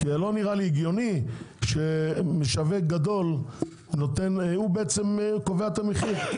זה לא נראה לי הגיוני שמשווק גדול קובע את המחיר,